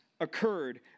occurred